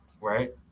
right